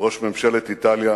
ראש ממשלת איטליה,